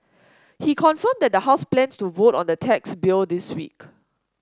he confirmed that the House plans to vote on the tax bill this week